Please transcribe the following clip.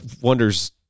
wonders